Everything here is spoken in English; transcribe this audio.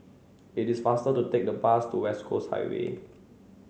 it is faster to take the bus to West Coast Highway